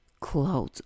clothes